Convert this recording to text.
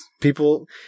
people